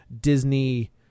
Disney